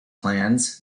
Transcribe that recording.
plans